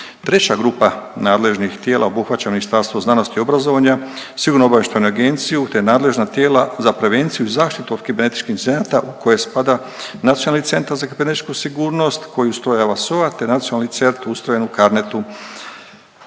Treća grupa nadležnih tijela obuhvaća Ministarstvo znanosti i obrazovanja, Sigurno-obavještajnu agenciju, te nadležna tijela za prevenciju i zaštitu od kibernetičkih incidenata u koje spada Nacionalni centar za kibernetičku sigurnost koju ustrojava SOA te Nacionalni centar ustroj u CARNET-u.